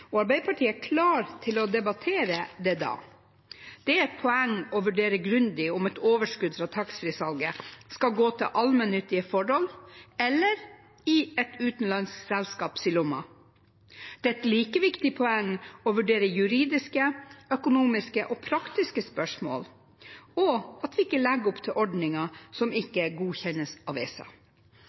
og Arbeiderpartiet er klar til å debattere det da. Det er et poeng å vurdere grundig om et overskudd fra taxfree-salget skal gå til allmennyttige formål, eller i et utenlandsk selskaps lomme. Det er et like viktig poeng å vurdere juridiske, økonomiske og praktiske spørsmål, og at vi ikke legger opp til ordninger som ikke godkjennes av ESA.